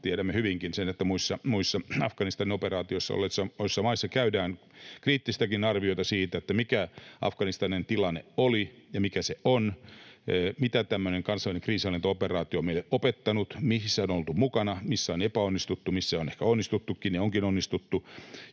Tiedämme hyvinkin sen, että muissa Afganistanin operaatiossa olleissa maissa käydään kriittistäkin arviointia siitä, mikä Afganistanin tilanne oli ja mikä se on: Mitä meille on opettanut tämmöinen kansainvälinen kriisinhallintaoperaatio, missä on oltu mukana? Missä on epäonnistuttu, missä on ehkä onnistuttukin? Ja onkin onnistuttu.